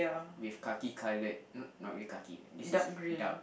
with khaki colored uh not really khaki this is dark